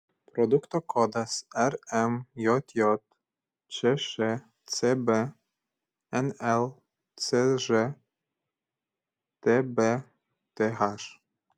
produkto kodas rmjj čšcb nlcž tbth